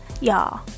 y'all